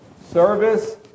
service